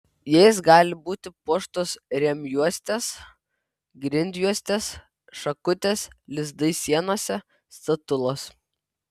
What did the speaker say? jais gali būti puoštos rėmjuostės grindjuostės šakutės lizdai sienose statulos